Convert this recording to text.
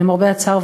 למרבה הצער,